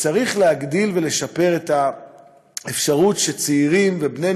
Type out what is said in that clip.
צריך להגדיל ולשפר את האפשרות שצעירים ובני